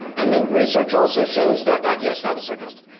and the research also shows that, that, yes, that was sarcastic.